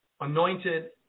anointed